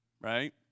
right